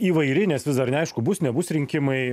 įvairi nes vis dar neaišku bus nebus rinkimai